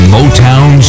Motown